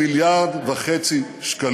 1.5 מיליארד שקלים.